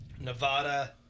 nevada